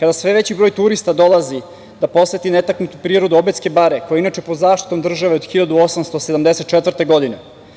kada sve veći broj turista dolazi da poseti netaknutu prirodu Obedske bare, koja je inače pod zaštitom države od 1874. godine,